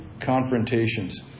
confrontations